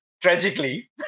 tragically